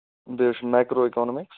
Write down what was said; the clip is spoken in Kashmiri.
بیٚیہِ حظ چھُ میکرو اِکانمِکٔس